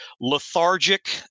Lethargic